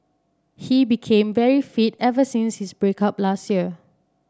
he became very fit ever since his break up last year